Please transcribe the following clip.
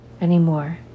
anymore